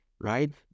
right